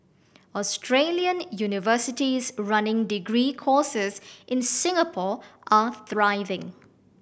Australian universities running degree courses in Singapore are thriving